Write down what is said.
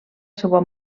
seua